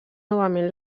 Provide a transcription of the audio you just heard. novament